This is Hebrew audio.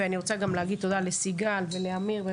ואני רוצה להגיד תודה לסיגל ולאמיר,